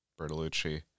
Bertolucci